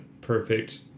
perfect